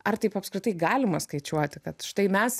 ar taip apskritai galima skaičiuoti kad štai mes